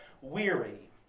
weary